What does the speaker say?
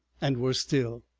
and were still.